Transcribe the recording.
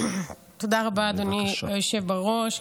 תודה רבה, אדוני היושב בראש.